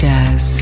Jazz